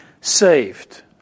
saved